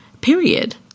Period